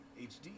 HD